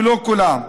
ולא כולם,